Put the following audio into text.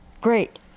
great